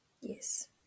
Yes